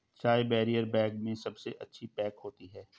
चाय barrier bag में सबसे अच्छी पैक होती है